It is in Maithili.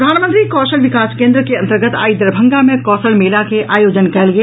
प्रधानमंत्री कौशल विकास केन्द्र के अंतर्गत आइ दरभंगा मे कौशल मेला के आयोजन कयल गेल